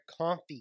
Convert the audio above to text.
comfy